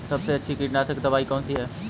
सबसे अच्छी कीटनाशक दवाई कौन सी है?